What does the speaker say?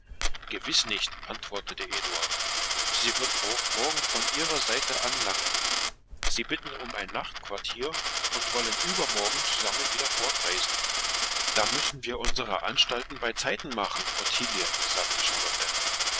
gewiß nicht antwortete eduard sie wird auch morgen von ihrer seite anlangen sie bitten um ein nachtquartier und wollen übermorgen zusammen wieder fortreisen da müssen wir unsere anstalten beizeiten machen ottilie sagte